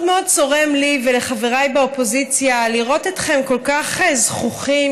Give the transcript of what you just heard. מאוד מאוד צורם לי ולחבריי באופוזיציה לראות אתכם כל כך זחוחים,